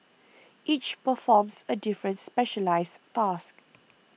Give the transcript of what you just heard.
each performs a different specialised task